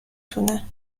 تونه